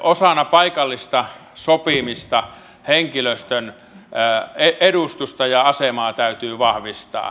osana paikallista sopimista henkilöstön edustusta ja asemaa täytyy vahvistaa